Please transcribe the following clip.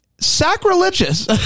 Sacrilegious